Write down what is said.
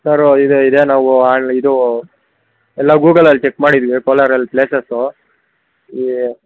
ಸರು ಇದೆ ಇದೆ ನಾವು ಅಲ್ಲಿ ಇದು ಎಲ್ಲ ಗೂಗಲ್ಲಿ ಚೆಕ್ ಮಾಡಿದೀವಿ ಕೋಲಾರಲ್ಲಿ ಪ್ಲೇಸಸ್ಸು ಈ